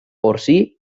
porcí